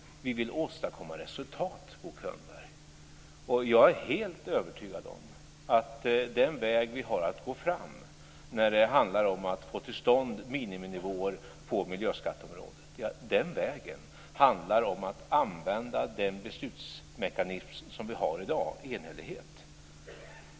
Vi vill åstadkomma resultat. Jag är helt övertygad om att den väg vi har att gå fram när det handlar om att få till stånd miniminivåer på miljöskatteområdet handlar om att använda den beslutsmekanism som vi har i dag, dvs. enhällighet.